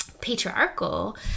patriarchal